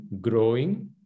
growing